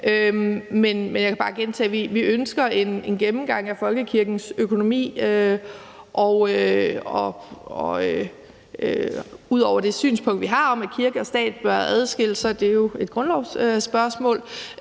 Jeg kan bare gentage, at vi ønsker en gennemgang af folkekirkens økonomi, og i forhold til det synspunkt, vi har, om, at kirke og stat bør adskilles, er det jo et grundlovsspørgsmål.